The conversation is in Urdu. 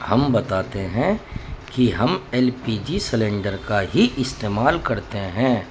ہم بتاتے ہیں کہ ہم ایل پی جی سلینڈر کا ہی استعمال کرتے ہیں